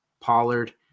Pollard